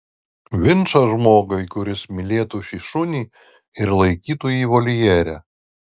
vinčą žmogui kuris mylėtų šį šunį ir laikytų jį voljere